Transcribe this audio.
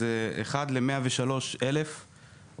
החלוקה החדשה הולכת להיות 1 ל-103 אלף,